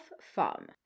farm